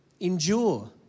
Endure